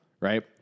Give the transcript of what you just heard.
right